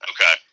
okay